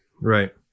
Right